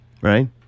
right